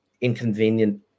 inconvenient